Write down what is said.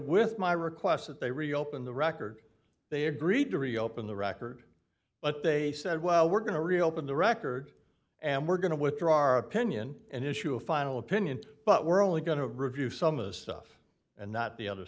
with my request that they reopen the record they agreed to reopen the record but they said well we're going to reopen the record and we're going to withdraw our opinion and issue a final opinion but we're only going to review some of the stuff and not the other